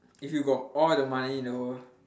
if you got all the money in the world